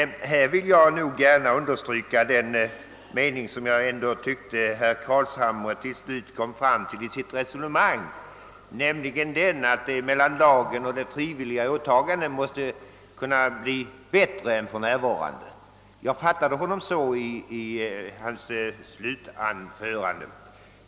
Jag vill gärna understryka den uppfattning som jag tyckte att herr Carlshamre till slut kom fram till i sitt resonemang, nämligen att förhållandet mellan lagen och det frivilliga åtagandet måste kunna bli bättre än för närvarande.